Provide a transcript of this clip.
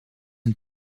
een